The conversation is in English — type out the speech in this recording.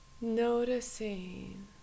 noticing